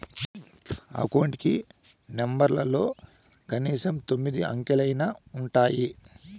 account కి నెంబర్లలో కనీసం తొమ్మిది అంకెలైనా ఉంటాయి